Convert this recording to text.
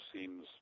seems